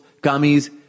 gummies